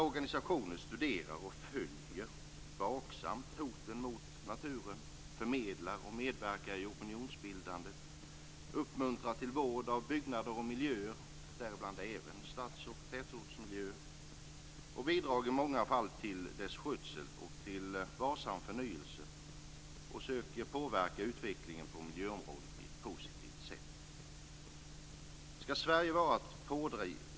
Organisationerna studerar och följer vaksamt hoten mot naturen, förmedlar information och medverkar i opinionsbildande, uppmuntrar till vård av byggnader och miljöer, däribland även stads och tätortsmiljöer, bidrar i många fall till deras skötsel och varsam förnyelse och söker påverka utvecklingen på miljöområdet på ett positivt sätt.